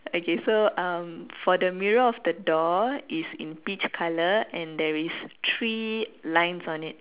okay so um for the mirror of the door it's in peach colour and there is three lines on it